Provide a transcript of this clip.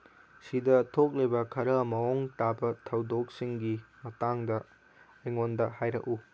ꯁꯤꯗ ꯊꯣꯛꯂꯤꯕ ꯈꯔ ꯃꯑꯣꯡ ꯇꯥꯕ ꯊꯧꯗꯣꯛꯁꯤꯡꯒꯤ ꯃꯇꯥꯡꯗ ꯑꯩꯉꯣꯟꯗ ꯍꯥꯏꯔꯛꯎ